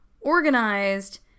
organized